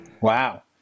Wow